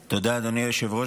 תודה, אדוני היושב-ראש.